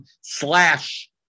slash